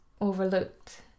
overlooked